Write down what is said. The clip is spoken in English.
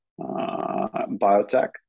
biotech